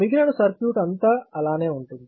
మిగిలిన సర్క్యూట్ అంతా అలానే ఉంటుంది